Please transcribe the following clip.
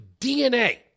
DNA